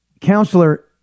Counselor